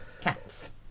cats